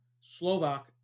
Slovak